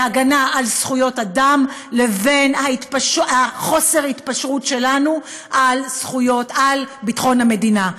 להגנה על זכויות אדם לבין חוסר ההתפשרות שלנו על ביטחון המדינה.